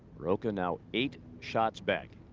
rocca now eight shots back.